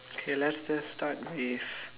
okay let's just start with